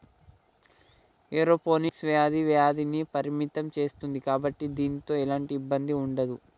aeroponics వ్యాధి వ్యాప్తిని పరిమితం సేస్తుంది కాబట్టి దీనితో ఎలాంటి ఇబ్బంది ఉండదు